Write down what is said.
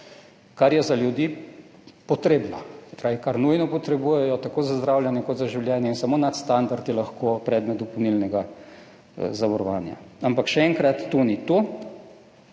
kar je za ljudi potrebno, se pravi, kar nujno potrebujejo tako za zdravljenje kot za življenje. In samo nadstandard je lahko predmet dopolnilnega zavarovanja. Ampak še enkrat, to ni to.